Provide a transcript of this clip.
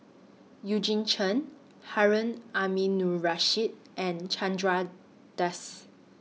Eugene Chen Harun Aminurrashid and Chandra Das